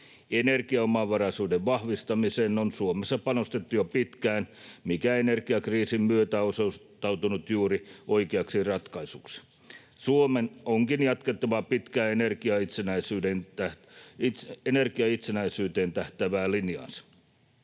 Energiaomavaraisuuden vahvistamiseen on Suomessa panostettu jo pitkään, mikä energiakriisin myötä on osoittautunut juuri oikeaksi ratkaisuksi. Suomen onkin jatkettava pitkää energiaitsenäisyyteen tähtäävää linjaansa.